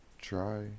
Try